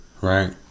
Right